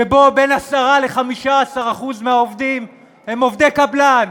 שבו בין 10% ל-15% מהעובדים הם עובדי קבלן,